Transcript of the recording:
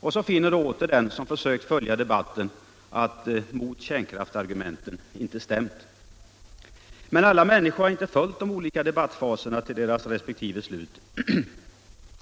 Och så finner då åter den som försökt följa debatten att mot-kärnkraftsargumenten inte stäml. Men alla människor har inte följt de olika debattfaserna till deras respektive slut.